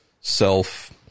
self